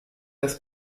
das